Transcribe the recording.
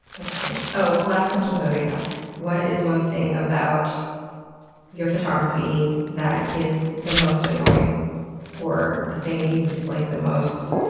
that's great. last questions i always ask what is one thing about your photography that is the most annoying or the thing that you dislike the most?